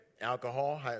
Alcohol